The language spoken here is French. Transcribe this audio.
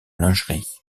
lingerie